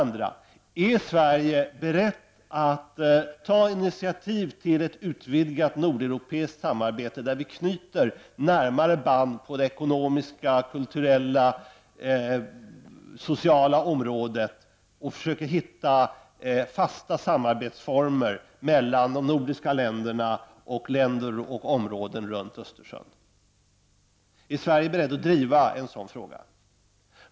Är Sverige berett att ta inititativ till ett utvidgat nordeuropeiskt samarbete, där vi knyter närmare band på de ekonomiska, kulturella och sociala områdena samt försöker hitta fasta samarbetsformer mellan de nordiska länderna och länder samt länderområden runt Östersjön? Är Sverige berett att driva en sådan fråga?